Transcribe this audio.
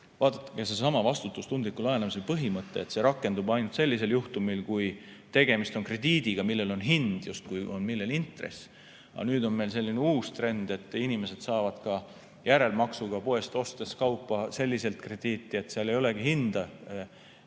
Vaadake, seesama vastutustundliku laenamise põhimõte rakendub ainult sellisel juhtumil, kui tegemist on krediidiga, millel on hind. Aga nüüd on meil selline uus trend, et inimesed saavad ka järelmaksuga poest ostes kaupa selliselt krediiti, et seal ei olegi hinda,